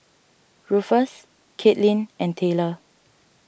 Ruffus Katelin and Tayler